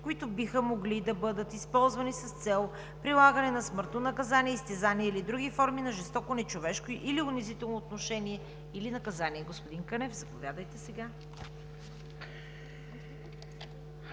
които биха могли да бъдат използвани с цел прилагане на смъртно наказание, изтезания или други форми на жестоко, нечовешко или унизително отношение или наказание, № 002-01-23, внесен